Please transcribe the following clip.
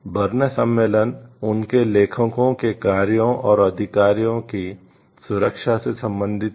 burn सम्मेलन उनके लेखकों के कार्यों और अधिकारों की सुरक्षा से संबंधित है